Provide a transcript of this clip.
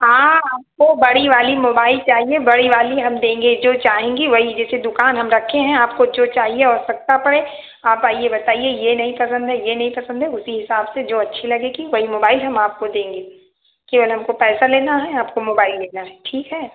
हाँ आपको बड़ी वाली मोबाइल चाहिए बड़ी वाली हम देंगे जो चाहेंगी वही जैसे दुकान हम रखे हैं आपको जो चाहिए आवश्यकता पड़े आप आइए बताइए ये नहीं पसंद है ये नहीं पसंद है उसी हिसाब से जो अच्छी लगेगी वही मोबाइल हम आपको देंगे केवल हमको पैसा लेना है आपको मोबाइल लेना है ठीक है